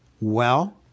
Well